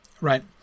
right